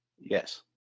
Yes